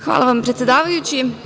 Hvala vam, predsedavajući.